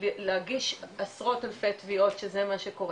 להגיש עשרות אלפי תביעות שזה מה שקורה,